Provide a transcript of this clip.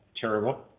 terrible